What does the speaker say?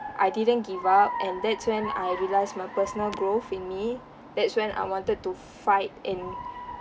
I didn't give up and that's when I realised my personal growth in me that's when I wanted to fight and